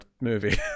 movie